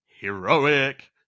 heroic